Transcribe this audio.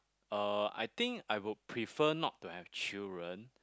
uh I think I would prefer not to have children